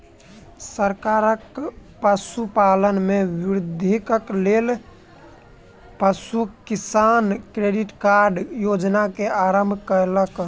सरकार पशुपालन में वृद्धिक लेल पशु किसान क्रेडिट कार्ड योजना के आरम्भ कयलक